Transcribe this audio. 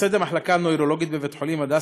מייסד המחלקה הנוירולוגית בבית-החולים "הדסה",